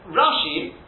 Rashi